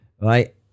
right